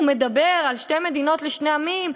הוא מדבר על שתי מדינות לשני עמים,